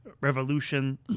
revolution